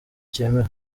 cyemewe